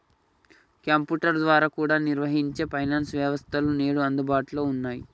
computer ద్వారా కూడా నిర్వహించే ఫైనాన్స్ వ్యవస్థలు నేడు అందుబాటులో ఉన్నయ్యి